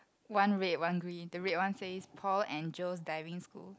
one red one green the red one says Paul and Joe's Diving School